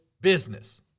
business